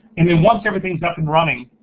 and then once everything's up and running,